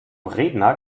redner